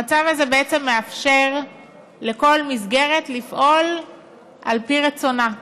המצב הזה בעצם מאפשר לכל מסגרת לפעול על פי רצונה.